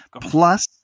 plus